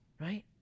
Right